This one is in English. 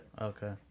Okay